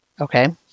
Okay